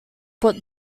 put